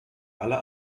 alle